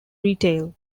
retail